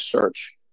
search